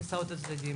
כן, אדוני.